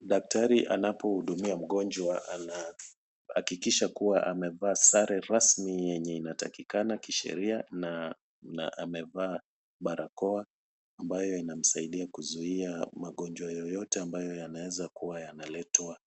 Daktari anapohudumia mgonjwa, anahakikisha kuwa amevaa sare rasmi yenye inatakikana kisheria na amevaa barakoa ambayo inamsaidia kuzuia magonjwa yoyote ambayo yanaweza kuwa yanaletwa